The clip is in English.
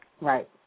Right